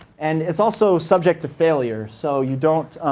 and it's also subject to failure, so you don't